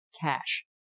cash